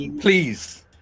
Please